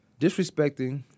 Disrespecting